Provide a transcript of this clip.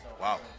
Wow